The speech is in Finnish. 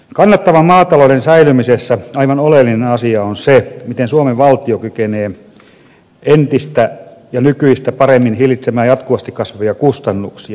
kannattavan maatalouden säilymisessä aivan oleellinen asia on se miten suomen valtio kykenee entistä ja nykyistä paremmin hillitsemään jatkuvasti kasvavia kustannuksia